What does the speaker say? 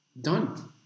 Done